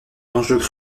dangereux